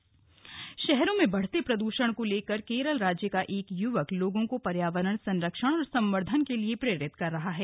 पर्यावरण जागरूकता शहरों में बढ़ते प्रदूषण को लेकर केरल राज्य का एक युवक लोगों को पर्यावरण संरक्षण और संवर्धन के लिए प्रेरित कर रहा है